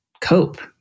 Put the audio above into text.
cope